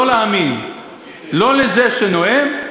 לא להאמין לזה שנואם,